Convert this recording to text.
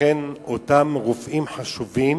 לכן אותם רופאים חשובים